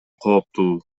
кооптуу